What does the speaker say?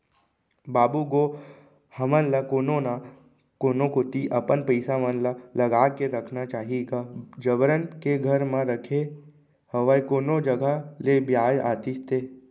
बाबू गो हमन ल कोनो न कोनो कोती अपन पइसा मन ल लगा के रखना चाही गा जबरन के घर म रखे हवय कोनो जघा ले बियाज आतिस ते